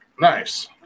Nice